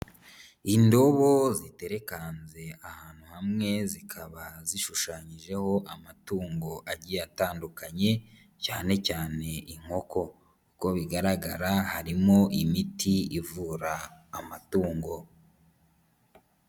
Indobo ziterekanze ahantu hamwe zikaba zishushanyijeho amatungo agiye atandukanye, cyane cyane inkoko. Uko bigaragara harimo imiti ivura amatungo.